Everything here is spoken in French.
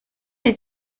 est